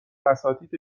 اساتید